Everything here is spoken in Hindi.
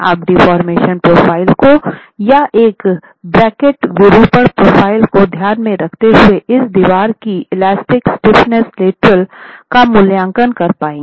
आप डेफोर्मेशन प्रोफाइल को या एक ब्रैकट विरूपण प्रोफ़ाइल को ध्यान में रखते हुए इस दीवार की इलास्टिक लेटरल स्टिफनेस का मूल्यांकन कर पाएंगे